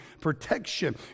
protection